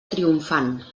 triomfant